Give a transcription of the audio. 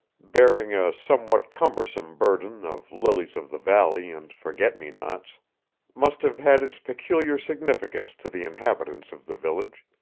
bearing a somewhat cumbersome burden of lilies-of-the-valley and forget-me-nots, must have had its peculiar significance to the inhabitants of the village,